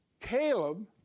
caleb